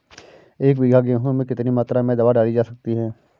एक बीघा गेहूँ में कितनी मात्रा में दवा डाली जा सकती है?